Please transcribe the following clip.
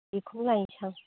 बेखौनो लायनोसै आं